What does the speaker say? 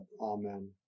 Amen